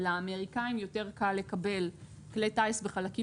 ולאמריקאים קל יותר לקבל כלי טיס וחלקים